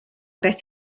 beth